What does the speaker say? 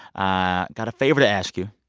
i got a favor to ask you.